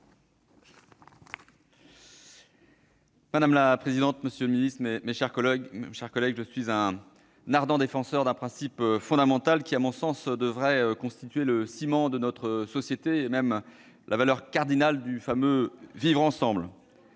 Madame la présidente, monsieur le secrétaire d'État, mes chers collègues, je suis un ardent défenseur d'un principe fondamental, qui, à mon sens, devrait constituer le ciment de notre société et la valeur cardinale du vivre ensemble,